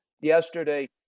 yesterday